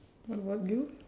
what about you